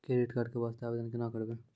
Credit card के वास्ते आवेदन केना करबै?